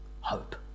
hope